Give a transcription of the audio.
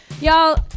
Y'all